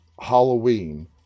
Halloween